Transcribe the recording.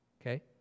okay